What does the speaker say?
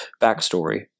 backstory